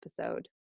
episode